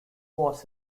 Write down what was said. was